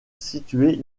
située